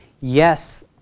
yes